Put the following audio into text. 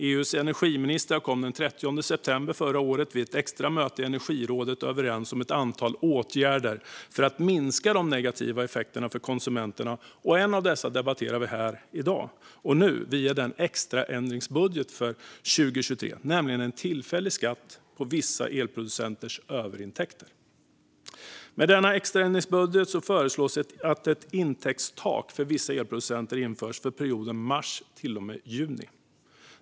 EU:s energiministrar kom vid ett extra möte i energirådet den 30 september förra året överens om ett antal åtgärder för att minska de negativa effekterna för konsumenterna. En av dessa åtgärder debatterar vi här och nu via denna extra ändringsbudget för 2023, nämligen en tillfällig skatt på vissa elproducenters överintäkter. Med denna extra ändringsbudget föreslås att ett intäktstak för vissa elproducenter införs för perioden mars till och med juni.